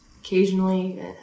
occasionally